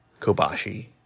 Kobashi